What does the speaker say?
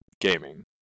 gaming